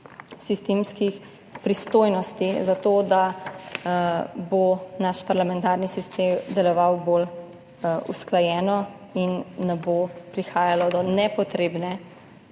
sistemskih pristojnosti za to, da bo naš parlamentarni sistem deloval bolj usklajeno in ne bo prihajalo do nepotrebne